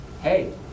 Hey